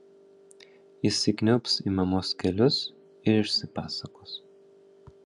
įsikniaubs į mamos kelius ir išsipasakos